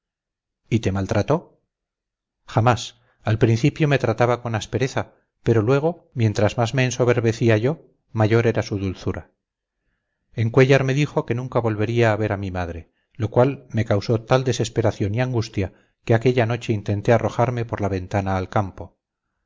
y te maltrató jamás al principio me trataba con aspereza pero luego mientras más me ensoberbecía yo mayor era su dulzura en cuéllar me dijo que nunca volvería a ver a mi madre lo cual me causó tal desesperación y angustia que aquella noche intenté arrojarme por la ventana al campo